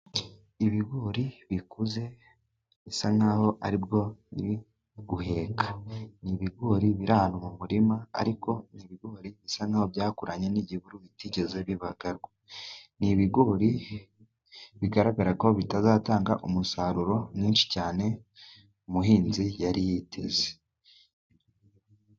Ibigori bikuze bisa nk'aho ari bwo biri guheka. Ni ibigori biri ahantu mu murima, ariko ni ibigori bisa nk'aho byakuranye n'igihuru, bitigeze bibagarwa. Ni ibigori bigaragara ko bitazatanga umusaruro mwinshi cyane umuhinzi yari yiteze.